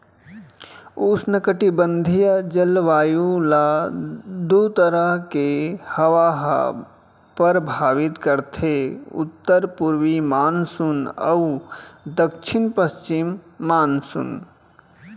उस्नकटिबंधीय जलवायु ल दू तरह के हवा ह परभावित करथे उत्तर पूरवी मानसून अउ दक्छिन पस्चिम मानसून